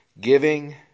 giving